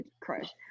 crush